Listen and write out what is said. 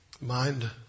mind